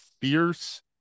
fierce